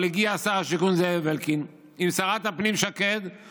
אבל הגיע שר השיכון זאב אלקין עם שרת הפנים שקד,